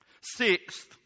Sixth